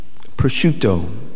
prosciutto